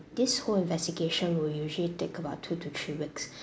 this whole investigation will usually take about two to three weeks